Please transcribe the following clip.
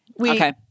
Okay